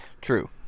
true